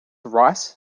rice